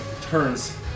turns